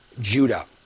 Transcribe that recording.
Judah